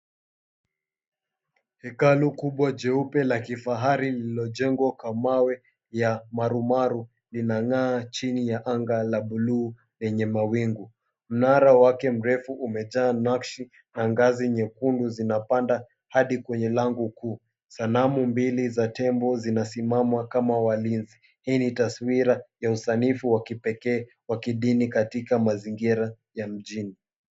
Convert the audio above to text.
Hekalu kubwa jeupe la kifahari lililojengwa k𝑤a mawe ya marumaru linang'aa chini ya anga la buluu lenye mawingu. Mnara wake mrefu umejaa nakshi angazi nyekundu zinapanda hadi kwenye lango kuu. Sanamu mbili za tembo zinasimama kama walinzi. Hii ni taswira ya usanifu wa kipekee wa kidini katika mazingira ya mjini.